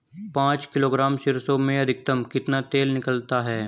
पाँच किलोग्राम सरसों में अधिकतम कितना तेल निकलता है?